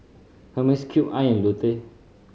Hermes Cube I and Lotte